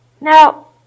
Now